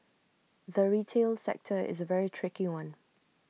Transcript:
the retail sector is A very tricky one